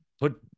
put